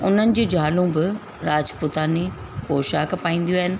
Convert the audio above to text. उन्हनि जी ज़ालूं बि राजपूतानी पौशाक पाईंदियूं आहिनि